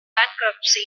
bankruptcy